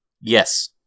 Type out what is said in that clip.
Yes